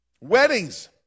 Weddings